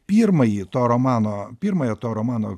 pirmąjį to romano pirmąją to romano